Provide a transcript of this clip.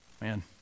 man